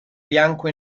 bianco